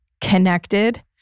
connected